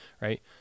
Right